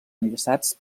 enllaçats